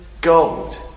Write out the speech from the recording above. gold